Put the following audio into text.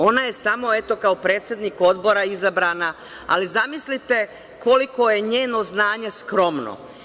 Ona je samo, eto, kao predsednik Odbora izabrana, ali zamislite koliko je njeno znanje skromno.